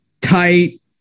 tight